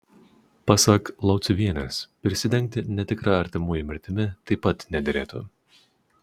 pasak lauciuvienės prisidengti netikra artimųjų mirtimi taip pat nederėtų